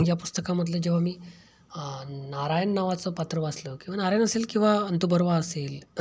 या पुस्तकामधली जेव्हा मी नारायण नावाचं पत्र वाचलं किंवा नारायण असेल किंवा अंतुबर्वा असेल